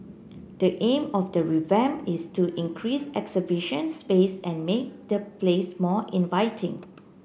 the aim of the revamp is to increase exhibition space and make the place more inviting